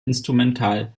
instrumental